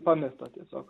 pamesta tiesiog